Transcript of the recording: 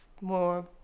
more